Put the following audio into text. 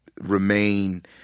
remain